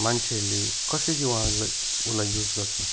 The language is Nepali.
मान्छेहरूले कसरी उहाँलाई उसलाई युज गर्छ